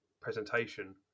presentation